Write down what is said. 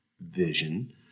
vision